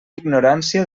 ignorància